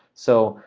so,